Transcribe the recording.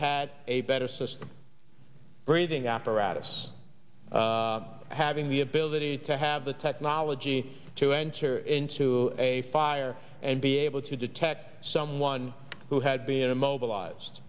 had a better system breathing apparatus having the ability to have the technology to enter into a fire and be able to detect someone who had been immobilized